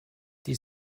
die